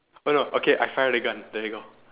oh no okay I fired a gun there you go